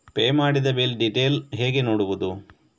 Pay ಮಾಡಿದ bill detail ಹೇಗೆ ನೋಡುವುದು?